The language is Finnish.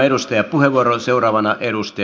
arvoisa herra puhemies